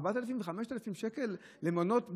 4,000 ו-5,000 שקל למעונות,